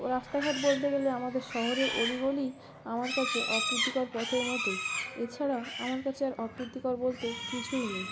ও রাস্তাঘাট বলতে গেলে আমাদের শহরের অলি গলি আমার কাছে অপ্রীতিকর পথের মতোই এছাড়া আমার কাছে আর অপ্রীতিকর বলতে কিছুই নেই